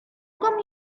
come